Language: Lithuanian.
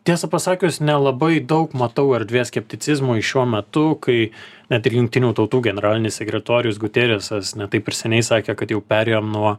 tiesą pasakius nelabai daug matau erdvės skepticizmui šiuo metu kai net ir jungtinių tautų generalinis sekretorius guteresas ne taip ir seniai sakė kad jau perėjom nuo